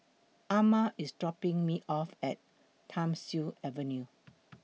Ama IS dropping Me off At Thiam Siew Avenue